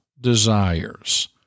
desires